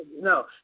No